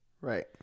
Right